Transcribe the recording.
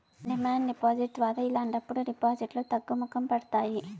demand deposit ద్వారా ఇలాంటప్పుడు డిపాజిట్లు తగ్గుముఖం పడతాయి